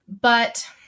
But-